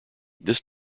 this